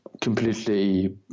completely